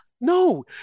No